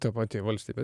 ta pati valstybė